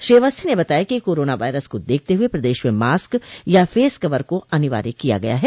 श्री अवस्थी ने बताया कि कोरोना वायरस को देखते हुए प्रदेश में मास्क या फेस कवर को अनिवार्य किया गया है